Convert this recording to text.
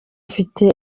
mfite